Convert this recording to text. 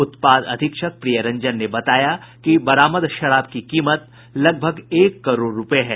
उत्पाद अधीक्षक प्रियरंजन ने बताया कि बरामद शराब की कीमत लगभग एक करोड़ रुपये है